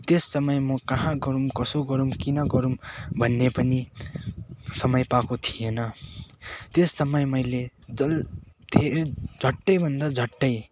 त्यस समय म कहाँ गरौँ कसो गरौँ किन गरौँ भन्ने पनि समय पाएको थिएन त्यस समय मैले डल् धेरै झट्टैभन्दा झट्टै